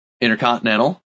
Intercontinental